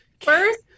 first